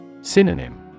Synonym